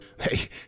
Hey